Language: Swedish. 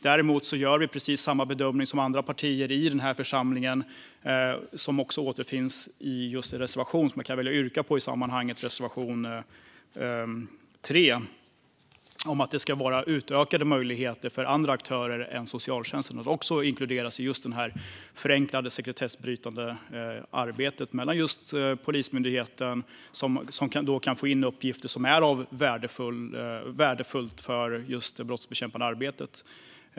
Däremot gör vi precis samma bedömning som andra partier i den här församlingen och som också återfinns i den reservation som jag yrkar bifall till, reservation 3, om att det ska vara utökade möjligheter för andra aktörer än socialtjänsten att också inkluderas i det förenklade sekretessbrytande arbete som gör att Polismyndigheten kan få in uppgifter som är värdefulla för det brottsbekämpande arbetet.